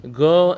go